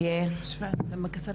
אולי תשתפי אותנו במה קורה